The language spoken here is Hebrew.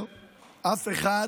אף אחד